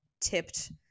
tipped